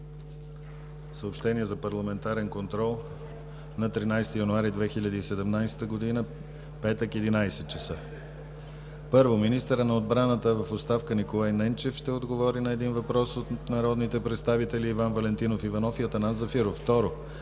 Съобщение за Парламентарен контрол на 13 януари 2017 г., петък, 11,00 ч. 1. Министърът на отбраната в оставка Николай Ненчев ще отговори на един въпрос от народните представители Иван Валентинов Иванов и Атанас Зафиров. 2.